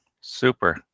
super